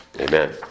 Amen